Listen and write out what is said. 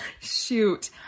Shoot